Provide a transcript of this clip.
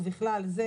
ובכלל זה,